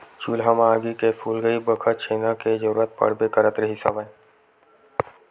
चूल्हा म आगी के सुलगई बखत छेना के जरुरत पड़बे करत रिहिस हवय